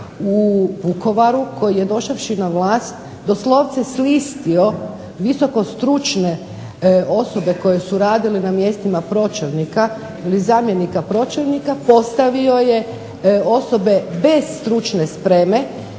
u Vukovaru koji je došavši na vlast doslovce slistio visokostručne osobe koje su radile na mjestima pročelnika i zamjenika pročelnika, postavio je osobe bez stručne spreme.